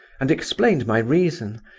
and explained my reason,